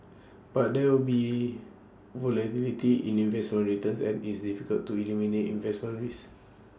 but there will be volatility in investment returns and is difficult to eliminate investment risk